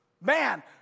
Man